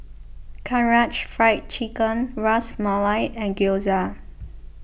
Karaage Fried Chicken Ras Malai and Gyoza